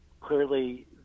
Clearly